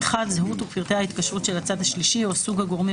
זהות ופרטי ההתקשרות של הצד שלישי או סוג הגורמים